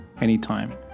anytime